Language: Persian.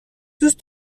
دوست